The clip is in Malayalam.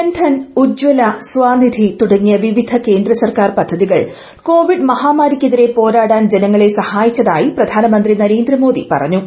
ജൻധൻ ഉജ്ജ്വല സ്വനിധി തുടങ്ങിയ വിവിധ കേന്ദ്ര സർക്കാർ പദ്ധതികൾ കോവിഡ് മഹാമാരിക്കെതിരെ പോരാടാൻ ജനങ്ങളെ സഹായിച്ചതായി പ്രധാനമന്ത്രി നരേന്ദ്ര മോദി പറഞ്ഞു